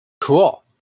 Cool